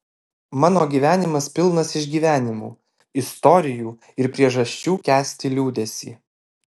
mano gyvenimas pilnas išgyvenimų istorijų ir priežasčių kęsti liūdesį